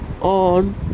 on